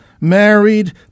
married